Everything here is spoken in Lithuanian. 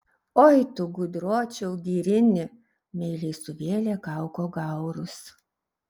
oi tu gudročiau girini meiliai suvėlė kauko gaurus